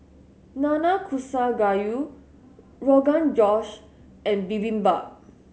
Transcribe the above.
Nanakusa Gayu Rogan Josh and Bibimbap